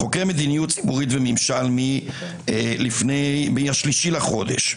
חוקרי מדיניות ציבורית וממשל מה-3 בחודש,